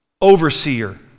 overseer